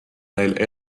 neil